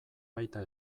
baita